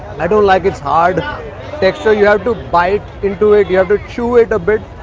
i don't like its hard texture. you have to bite into it. you have to chew it a bit.